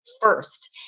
first